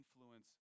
influence